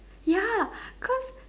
ya cause